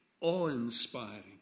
awe-inspiring